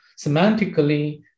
semantically